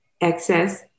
excess